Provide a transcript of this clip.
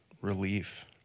relief